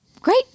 Great